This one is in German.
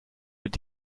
wird